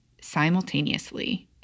simultaneously